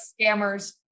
scammers